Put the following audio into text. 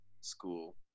school